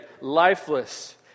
Lifeless